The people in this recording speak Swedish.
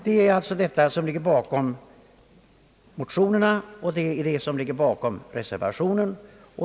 Det är detta som ligger bakom motionerna och reservationen.